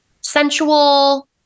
sensual